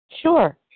Sure